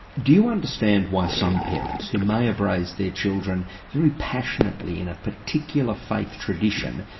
do you understand why some parents, who may have raised their children very passionately in a particular faith tradition,